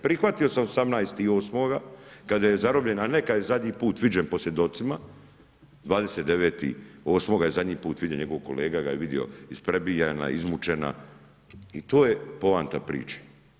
Prihvatio sam 18.8. kad je zarobljen, a ne kad je zadnji put viđen po svjedocima 29.8. je zadnji put viđen, njegov kolega ga je vidio isprebijana, izmučena i to je poanta priče.